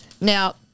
Now